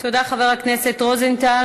תודה, חבר הכנסת רוזנטל.